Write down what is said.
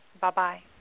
Bye-bye